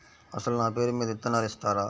అసలు నా పేరు మీద విత్తనాలు ఇస్తారా?